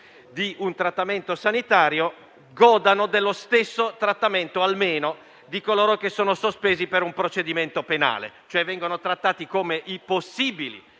di un trattamento sanitario godano almeno dello stesso trattamento di coloro che sono sospesi per un procedimento penale, cioè vengono trattati come i possibili